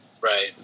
Right